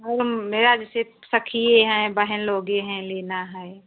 वो मेरा जैसे सखी हैं बहन लोगे ही हैं लेना है